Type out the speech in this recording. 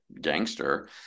gangster